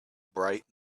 bright